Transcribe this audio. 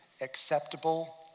acceptable